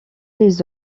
les